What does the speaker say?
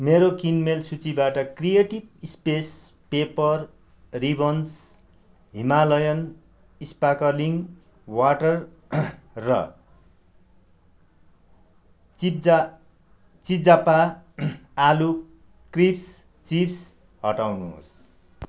मेरो किनमेल सूचीबाट creative space paper ribbons Himalayan sparkling water र चिज्जा चिज्जपा आलु क्रिस्प चिप्स हटाउनुहोस्